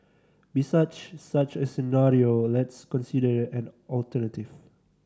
besides such a scenario let's consider an alternative